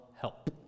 help